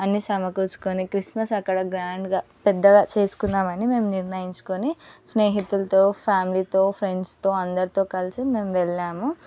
అన్ని సమకూర్చుకొని క్రిస్మస్ అక్కడ గ్రాండ్గా పెద్దగా చేసుకుందామని మేము నిర్ణయించుకొని స్నేహితులతో ఫ్యామిలీతో ఫ్రెండ్స్తో అందరితో కలిసి మేము వెళ్ళాము